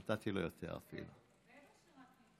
נתתי לו אפילו יותר.